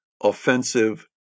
offensive